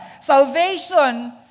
Salvation